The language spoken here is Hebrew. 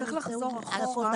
ותחזוקה